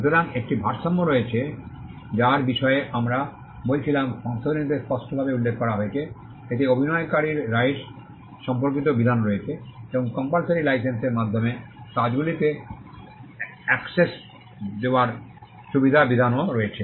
সুতরাং একটি ভারসাম্য রয়েছে যার বিষয়ে আমরা বলছিলাম সংশোধনীতে স্পষ্টভাবে উল্লেখ করা হয়েছে এতে অভিনয়কারীর রাইটস সম্পর্কিতও বিধান রয়েছে এবং কম্পালসরি লাইসেন্সের মাধ্যমে কাজগুলিতে অ্যাক্সেসের সুবিধা দেওয়ার বিধানও রয়েছে